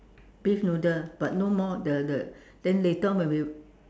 beef noodle but no more the the then later when we